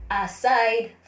aside